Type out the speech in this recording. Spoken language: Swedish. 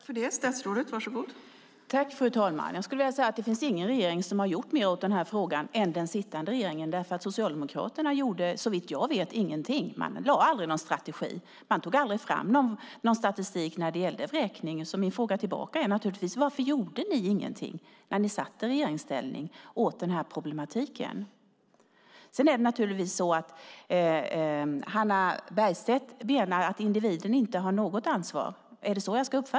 Fru talman! Jag skulle vilja säga att ingen regering har gjort mer åt den här frågan än den sittande regeringen, för Socialdemokraterna gjorde såvitt jag vet ingenting. Man lade aldrig fram någon strategi. Man tog aldrig fram någon statistik när det gällde vräkning. Min fråga tillbaka är naturligtvis: Varför gjorde ni ingenting åt den här problematiken när ni satt i regeringsställning? Ska jag uppfatta det så att Hannah Bergstedt menar att individen inte har något ansvar?